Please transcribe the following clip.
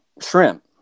shrimp